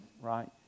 right